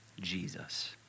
Jesus